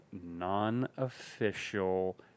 non-official